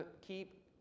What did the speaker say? keep